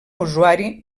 usuari